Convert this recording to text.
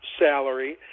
salary